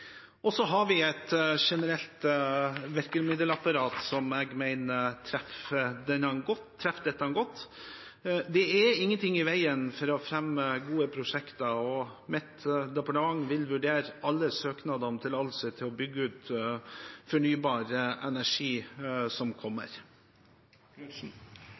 har et generelt virkemiddelapparat som jeg mener treffer dette godt. Det er ingenting i veien for å fremme gode prosjekter, og mitt departement vil vurdere alle søknader om tillatelse som kommer for å bygge ut fornybar energi.